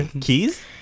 keys